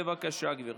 בבקשה, גברתי.